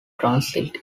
transit